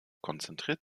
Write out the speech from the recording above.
konzentriert